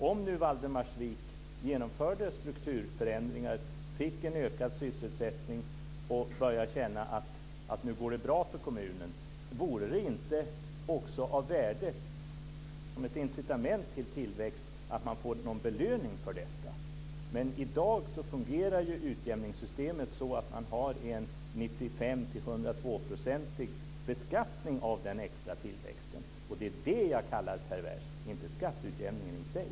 Om Valdemarsvik genomför strukturförändringar och får en ökad sysselsättning så att det börjar gå bra för kommunen, vore det inte som ett incitament till tillväxt att kommunen får en belöning för detta? I dag fungerar utjämningssystemet att det blir en 95-102-procentig beskattning av den extra tillväxten. Det är det jag kallar perverst, inte skatteutjämningen i sig.